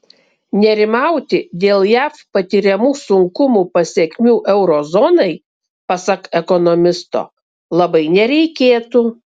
nerimauti dėl jav patiriamų sunkumų pasekmių euro zonai pasak ekonomisto labai nereikėtų